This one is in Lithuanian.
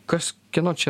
kas kieno čia